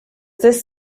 this